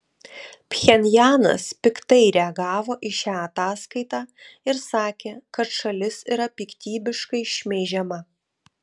pchenjanas piktai reagavo į šią ataskaitą ir sakė kad šalis yra piktybiškai šmeižiama